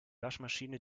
waschmaschine